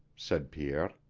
said pierre,